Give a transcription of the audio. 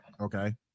Okay